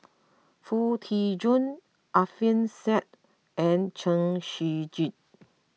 Foo Tee Jun Alfian Sa'At and Chen Shiji